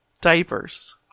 diapers